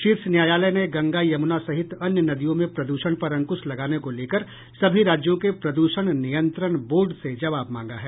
शीर्ष न्यायालय ने गंगा यमुना सहित अन्य नदियों में प्रद्षण पर अंकुश लगाने को लेकर सभी राज्यों के प्रद्षण नियंत्रण बोर्ड से जवाब मांगा है